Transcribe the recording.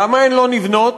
למה הן לא נבנות?